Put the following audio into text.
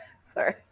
sorry